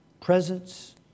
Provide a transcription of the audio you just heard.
presence